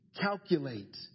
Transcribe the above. calculate